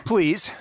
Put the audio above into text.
Please